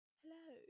hello